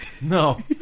No